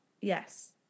Yes